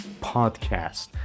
Podcast